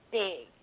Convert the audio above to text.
big